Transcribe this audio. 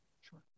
Sure